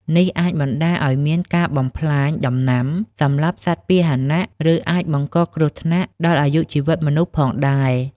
នេះអាចបណ្តាលឱ្យមានការបំផ្លាញដំណាំ សម្លាប់សត្វពាហនៈ ឬអាចបង្កគ្រោះថ្នាក់ដល់អាយុជីវិតមនុស្សផងដែរ។